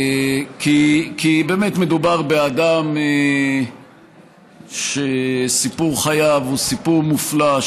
כי באמת מדובר באדם שסיפור חייו הוא סיפור מופלא,